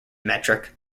metric